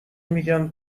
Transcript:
میگن